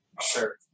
sure